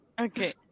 Okay